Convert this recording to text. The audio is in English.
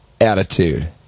attitude